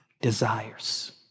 desires